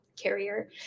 carrier